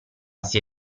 sia